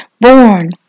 born